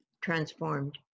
transformed